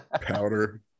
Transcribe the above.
Powder